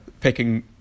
picking